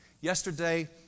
Yesterday